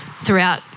throughout